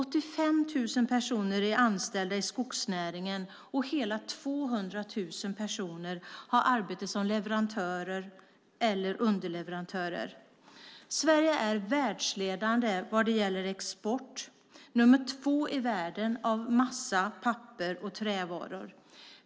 85 000 personer är anställda i skogsnäringen, och hela 200 000 personer har arbete som leverantörer eller underleverantörer. Sverige är världsledande vad gäller export, nummer två i världen vad gäller massa, papper och trävaror.